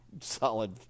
solid